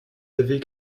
avez